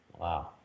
Wow